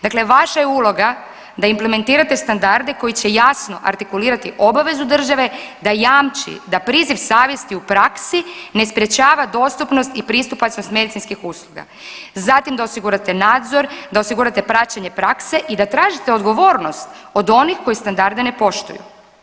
Dakle, vaša je uloga da implementirate standarde koji će jasno artikulirati obavezu države da jamči da priziv savjesti u praksi ne sprječava dostupnost i pristupnost medicinskih usluga, zatim da osigurate nadzor, da osigurate praćenje prakse i da tražite odgovornost od onih koji standarde ne poštuju.